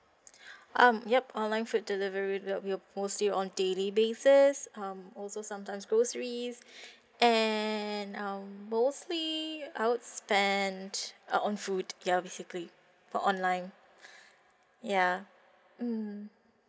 um yup online food delivery that will be mostly on daily basis um also sometimes groceries and um mostly I would spend uh on food ya basically for online ya mm